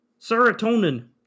Serotonin